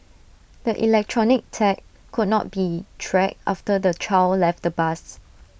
the electronic tag could not be tracked after the child left the bus